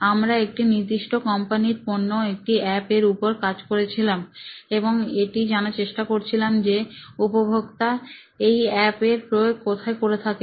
আমরা একটা নির্দিষ্ট কোম্পানির পণ্য একটি অ্যাপ এর উপর কাজ করছিলাম এবং এটি জানার চেষ্টা করছিলাম যে উপভোক্তা এই অ্যাপ এর প্রয়োগ কোথায় করে থাকেন